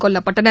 கொல்லப்பட்டனர்